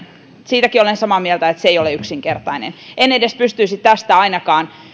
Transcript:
siitäkin olen samaa mieltä että se ei ole yksinkertainen en edes pystyisi ainakaan tästä